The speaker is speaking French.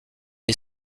est